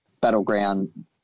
battleground